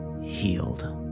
healed